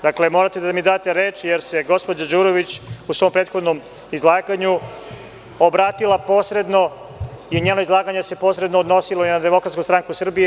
Dakle, morate da mi date reč, jer se gospođa Đurović u svom prethodnom izlaganju obratila posredno i njeno izlaganje se posredno odnosilo i na DSS, kao stranku koja